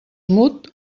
mut